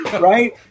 Right